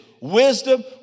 Wisdom